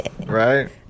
right